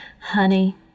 honey